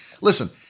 Listen